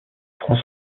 prend